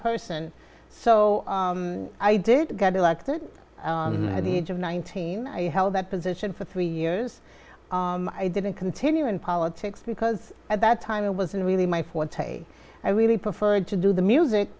person so i did get elected at the age of nineteen i held that position for three years i didn't continue in politics because at that time it wasn't really my forte i really preferred to do the music